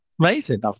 amazing